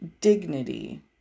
dignity